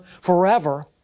forever